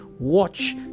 watch